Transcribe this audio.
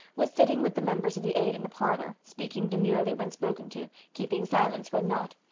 was sitting with the members of the aid in the parlor, speaking demurely when spoken to, keeping silence when not,